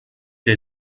que